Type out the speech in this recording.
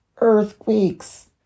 earthquakes